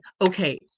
okay